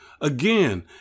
Again